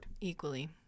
Equally